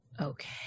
Okay